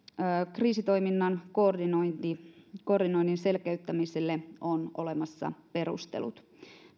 kriisitoiminnan koordinoinnin selkeyttämiselle on olemassa perustelut